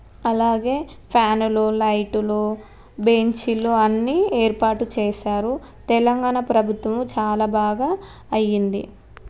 అలాగే ఫ్యానులు లైటులు బెంచీలు అన్నీ ఏర్పాటు చేశారు తెలంగాణా ప్రభుత్వము చాలా బాగా అయ్యింది